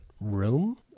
room